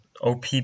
OP